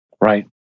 Right